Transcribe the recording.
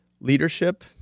Leadership